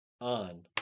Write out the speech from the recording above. on